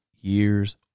years